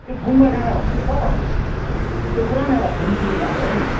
त्यो गुम्बा डाँडा भन्ने चाहिँ कता हो त्यो पुरानो एउटा फिल्म सुटिङ भएको रहेछ नि